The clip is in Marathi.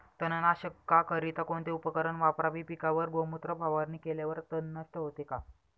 तणनाशकाकरिता कोणते उपकरण वापरावे? पिकावर गोमूत्र फवारणी केल्यावर तण नष्ट होते का?